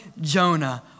Jonah